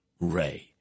Ray